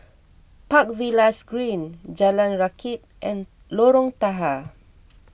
Park Villas Green Jalan Rakit and Lorong Tahar